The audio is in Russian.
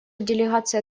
делегация